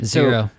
Zero